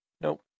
Nope